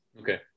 Okay